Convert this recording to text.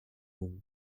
bon